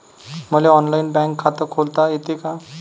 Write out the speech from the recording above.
मले online bank खात खोलता येते का?